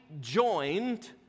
joined